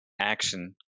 action